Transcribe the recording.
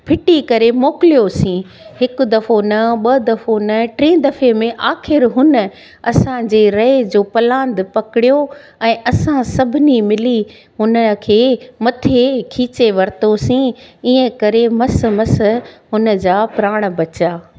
फिटी करे मोकिलियोसीं हिकु दफ़ो न ॿ दफ़ो न टे दफ़े में आख़िरि हुन असांजे रए जो पलांद पकिड़ियो ऐं असां सभिनी मिली हुन खे मथे खीचे वरितोसीं इअं करे मस मस हुन जा प्राण बचिया